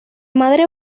madre